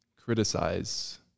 criticize